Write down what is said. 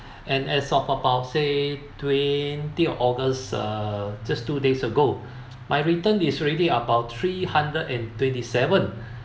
and as about say twenty of august uh just two days ago my return is already about three hundred and twenty seven